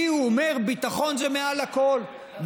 כי הוא אומר: ביטחון זה מעל לכול,